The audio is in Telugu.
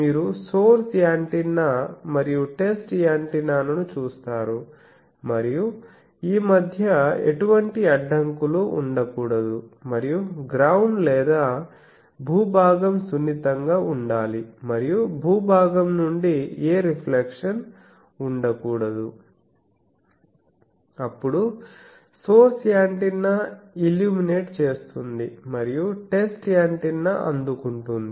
మీరు సోర్స్ యాంటెన్నా మరియు టెస్ట్ యాంటెన్నాను చూస్తారు మరియు ఈ మధ్య ఎటువంటి అడ్డంకులు ఉండకూడదు మరియు గ్రౌండ్ లేదా భూభాగం సున్నితంగా ఉండాలి మరియు భూభాగం నుండి ఏ రిఫ్లెక్షన్ ఉండకూడదు అప్పుడు సోర్స్ యాంటెన్నా ఇల్ల్యూమినేట్ చేస్తుంది మరియు టెస్ట్ యాంటెన్నా అందుకుంటుంది